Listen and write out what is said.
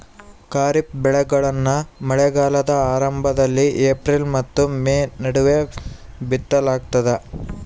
ಖಾರಿಫ್ ಬೆಳೆಗಳನ್ನ ಮಳೆಗಾಲದ ಆರಂಭದಲ್ಲಿ ಏಪ್ರಿಲ್ ಮತ್ತು ಮೇ ನಡುವೆ ಬಿತ್ತಲಾಗ್ತದ